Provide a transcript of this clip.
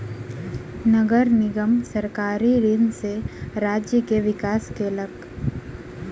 नगर निगम सरकारी ऋण सॅ राज्य के विकास केलक